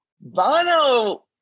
Bono